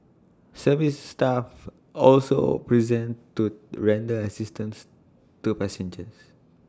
service staff also present to render assistance to passengers